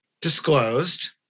disclosed